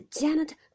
Janet